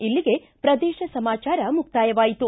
ಇಲ್ಲಿಗೆ ಪ್ರದೇಶ ಸಮಾಚಾರ ಮುಕ್ತಾಯವಾಯಿತು